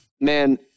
man